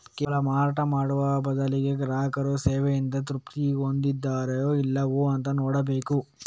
ಕೇವಲ ಮಾರಾಟ ಮಾಡುವ ಬದಲಿಗೆ ಗ್ರಾಹಕರು ಸೇವೆಯಿಂದ ತೃಪ್ತಿ ಹೊಂದಿದಾರೋ ಇಲ್ವೋ ಅಂತ ನೋಡ್ಬೇಕು